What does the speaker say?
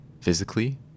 physically